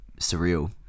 surreal